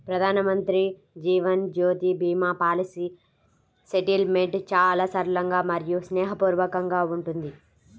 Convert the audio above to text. ప్రధానమంత్రి Jeevan Jyoti Bima policy settlement చాలా సరళంగా మరియు స్నేహపూర్వకంగా ఉంటుంది